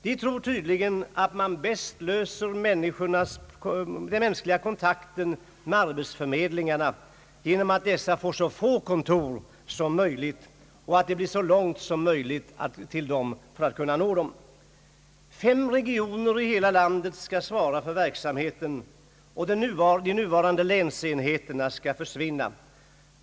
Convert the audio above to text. De tror tydligen att man bäst löser den mänskliga kontakten med arbetsförmedlingarna genom att dessa får så få kontor som möjligt och att det är så långt som möjligt till dem. Fem regioner i hela landet skall svara för verksamheten, och de nuvarande länsenheterna skall försvinna.